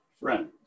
friends